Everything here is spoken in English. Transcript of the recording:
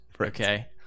okay